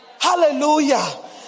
Hallelujah